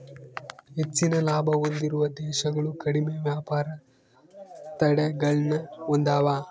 ಹೆಚ್ಚಿನ ಲಾಭ ಹೊಂದಿರುವ ದೇಶಗಳು ಕಡಿಮೆ ವ್ಯಾಪಾರ ತಡೆಗಳನ್ನ ಹೊಂದೆವ